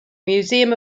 museum